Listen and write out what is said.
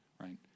right